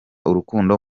urukundo